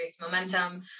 momentum